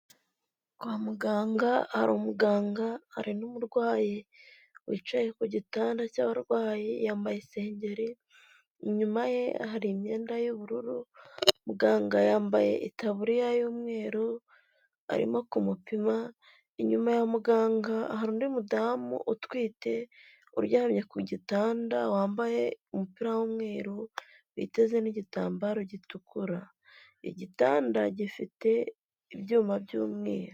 Kwa muganga hari umuganga, hari n'umurwayi wicaye ku gitanda cy'abarwayi yambaye isengeri, inyuma ye hari imyenda y'ubururu, muganga yambaye itaburiya y'umweru arimo kumupima, inyuma ya muganga hari undi mudamu utwite uryamye ku gitanda wambaye umupira w'umweru witeze n'igitambaro gitukura, igitanda gifite ibyuma by'umweru.